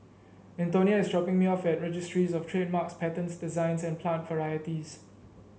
Antonia is dropping me off at Registries Of Trademarks Patents Designs and Plant Varieties